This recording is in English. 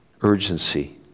Urgency